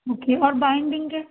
okay اور binding کے